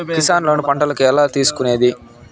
Kisan loan పంటలకు ఎలా తీసుకొనేది?